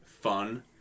fun